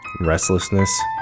restlessness